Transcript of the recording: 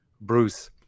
bruce